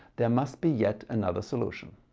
there must be yet another solution.